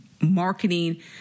marketing